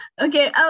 okay